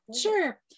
sure